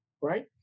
right